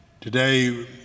Today